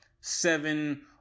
seven